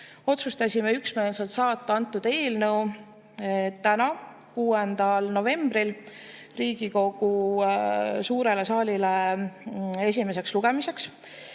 Otsustasime üksmeelselt saata eelnõu täna, 6. novembril Riigikogu suurde saali esimeseks lugemiseks.